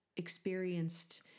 experienced